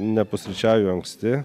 nepusryčiauju anksti